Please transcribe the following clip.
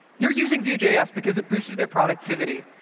they're using vue js because it boosted their productivity.